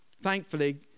Thankfully